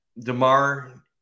DeMar